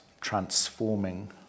transforming